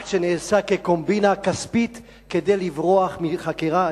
כאקט שנעשה כקומבינה כדי לברוח מחקירה כספית.